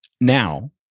Now